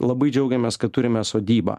labai džiaugiamės kad turime sodybą